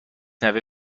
نوه